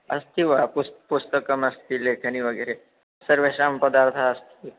अस्ति वा पुस्तकं पुस्तकमस्ति लेखनी वगेरे सर्वाणि पदार्थानि अस्ति